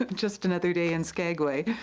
um just another day in skagway.